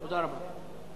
תודה רבה.